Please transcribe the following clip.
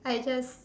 I just